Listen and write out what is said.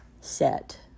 set